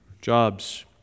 jobs